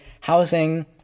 housing